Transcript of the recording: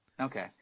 Okay